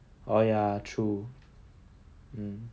oh ya true mm